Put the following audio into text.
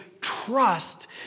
trust